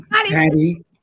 Patty